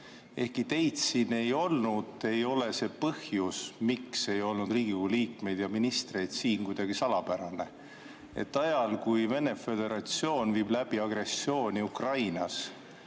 Ehkki teid siin ei olnud, ei ole see põhjus, miks ei olnud Riigikogu liikmeid ja ministreid siin, kuidagi salapärane. Ajal, kui Venemaa Föderatsioon viib läbi agressiooni Ukrainas,